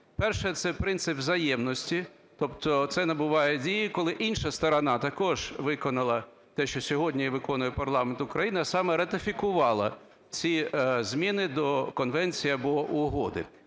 Перше – це принцип взаємності. Тобто це набуває дії, коли інша сторона також виконала те, що сьогодні виконує парламент України, а саме ратифікувала ці зміни до конвенції або угоди.